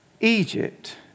Egypt